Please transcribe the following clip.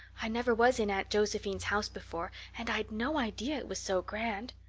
i never was in aunt josephine's house before, and i'd no idea was so grand.